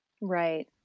Right